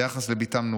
ביחס לבתם נורית.